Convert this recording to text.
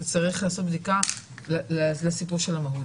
צריך לעשות בדיקה לסיפור של המהות.